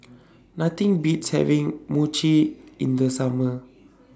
Nothing Beats having Mochi in The Summer